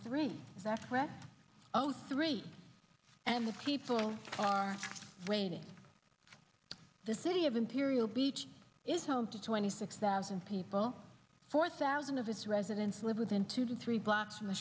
three that spread oh sorry and the people are waiting the city of imperial beach is home to twenty six thousand people four thousand of its residents live within two to three blocks from the